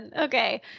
Okay